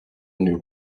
new